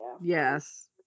Yes